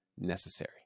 necessary